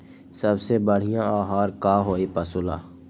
सबसे बढ़िया आहार का होई पशु ला?